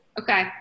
Okay